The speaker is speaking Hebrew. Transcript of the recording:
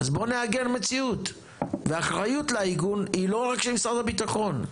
אז בואו נעגן מציאות ואחריות לעיגון היא לא רק של משרד הביטחון,